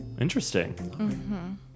interesting